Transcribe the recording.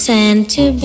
Santa